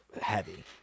heavy